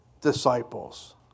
disciples